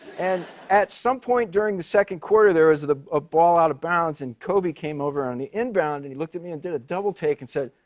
and, at some point during the second quarter, there was a ball out of bounds, and kobe came over on the in-bound. and he looked at me and did a double take and said,